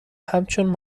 همچون